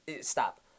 stop